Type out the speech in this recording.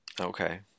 Okay